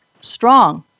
strong